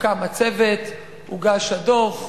הוקם הצוות, הוגש הדוח.